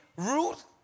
Ruth